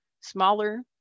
smaller